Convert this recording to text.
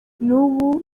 n’ubu